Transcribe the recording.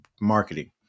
marketing